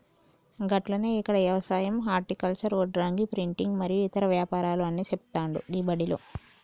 గట్లనే ఇక్కడ యవసాయం హర్టికల్చర్, వడ్రంగి, ప్రింటింగు మరియు ఇతర వ్యాపారాలు అన్ని నేర్పుతాండు గీ బడిలో